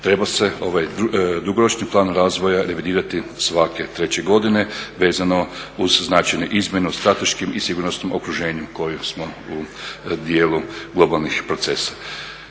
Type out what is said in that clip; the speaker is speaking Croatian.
treba se ovaj dugoročni plan razvoja revidirati svake treće godine vezano uz značajne izmjene u strateškim i sigurnosnim okruženjima koje smo u dijelu globalnih procesa.